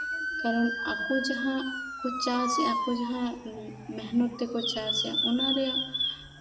ᱠᱟᱨᱚᱱ ᱟᱠᱚ ᱡᱟᱸᱦᱟ ᱠᱚ ᱪᱟᱥ ᱮᱫᱟ ᱟᱠᱚ ᱡᱟᱸᱦᱟ ᱢᱮᱦᱱᱚᱛ ᱛᱮᱠᱚ ᱪᱟᱥ ᱮᱜᱼᱟ ᱚᱱᱟ ᱨᱮᱭᱟᱜ